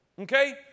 Okay